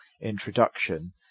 introduction